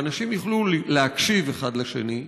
אנשים יוכלו להקשיב אחד לשני,